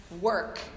work